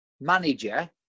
manager